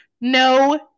no